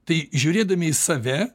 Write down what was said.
tai žiūrėdami į save